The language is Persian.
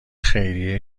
خیریه